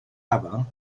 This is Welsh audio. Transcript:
afon